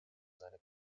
seine